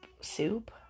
Soup